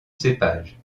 cépage